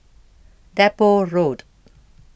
Depot Road